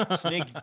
snake